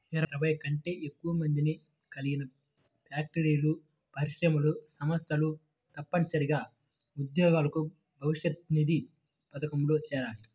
ఇరవై కంటే ఎక్కువ మందిని కలిగిన ఫ్యాక్టరీలు, పరిశ్రమలు, సంస్థలు తప్పనిసరిగా ఉద్యోగుల భవిష్యనిధి పథకంలో చేరాలి